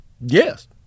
Yes